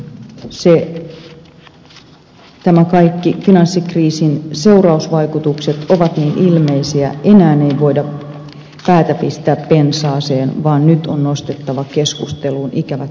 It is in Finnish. mutta nyt nämä kaikki finanssikriisin seurausvaikutukset ovat niin ilmeisiä että enää ei voida päätä pistää pensaaseen vaan nyt on nostettava keskusteluun ikävät tosiasiat